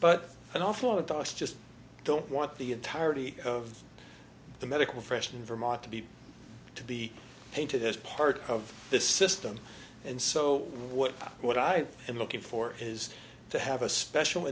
but an awful lot of us just don't want the entirety of the medical freshman vermont to be to be painted as part of the system and so what what i am looking for is to have a special